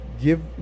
give